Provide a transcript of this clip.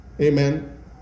amen